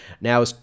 Now